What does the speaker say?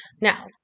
Now